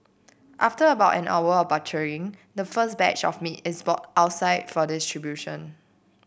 after about an hour of butchering the first batch of meat is brought outside for distribution